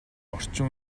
орчин